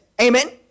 Amen